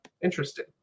Interesting